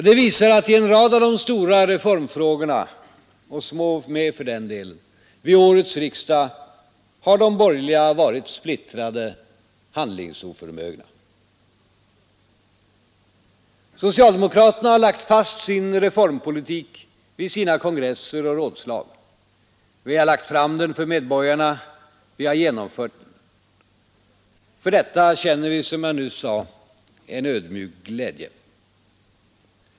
Den visar att i en rad av de stora reformfrågorna — och små med för den delen — vid årets riksdag har de borgerliga varit splittrade, handlingsoförmögna. Socialdemokraterna har lagt fast sin reformpolitik vid sina kongresser och rådslag. Vi har lagt fram den för medborgarna. Vi har genomfört den. För detta känner vi, som jag nyss sade, en ödmjuk glädje.